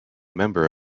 member